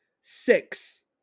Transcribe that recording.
six